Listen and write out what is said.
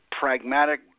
pragmatic